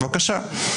בבקשה.